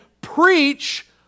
preach